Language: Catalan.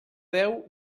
deu